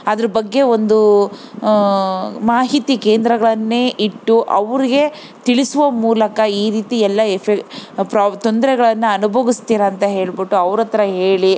ಅದ್ರ ಬಗ್ಗೆ ಒಂದೂ ಮಾಹಿತಿ ಕೇಂದ್ರಗಳನ್ನೇ ಇಟ್ಟು ಅವ್ರಿಗೆ ತಿಳಿಸುವ ಮೂಲಕ ಈ ರೀತಿಯೆಲ್ಲ ಎಫೆಕ್ ಪ್ರೋ ತೊಂದರೆಗಳನ್ನ ಅನುಬೋಗಸ್ತಿರ ಅಂತ ಹೇಳ್ಬಿಟ್ಟು ಅವ್ರಹತ್ರ ಹೇಳಿ